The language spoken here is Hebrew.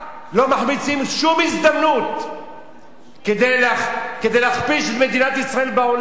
לא מחמיצים שום הזדמנות כדי להכפיש את מדינת ישראל בעולם.